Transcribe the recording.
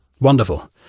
Wonderful